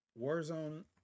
Warzone